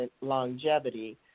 longevity